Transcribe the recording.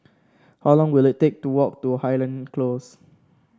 how long will it take to walk to Highland Close